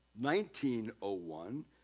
1901